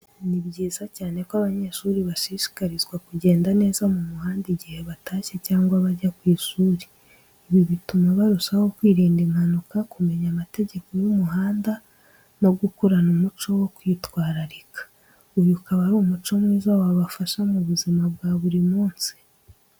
Ni byiza cyane ko abanyeshuri bashishikarizwa kugenda neza mu muhanda igihe batashye cyangwa bajya ku ishuri. Ibi bituma barushaho kwirinda impanuka, kumenya amategeko y’umuhanda, no gukurana umuco wo kwitwararika, uyu akaba ari umuco mwiza wabafasha mu buzima bwa buri munsi.